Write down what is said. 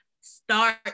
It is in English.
start